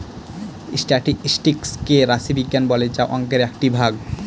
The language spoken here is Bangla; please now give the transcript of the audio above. স্টাটিস্টিকস কে রাশি বিজ্ঞান বলে যা অংকের একটি ভাগ